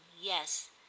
yes